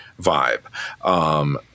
vibe